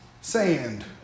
Sand